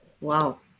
Wow